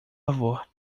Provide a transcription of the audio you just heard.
favor